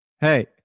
hey